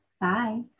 Bye